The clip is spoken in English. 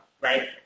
right